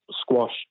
squash